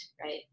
right